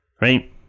Right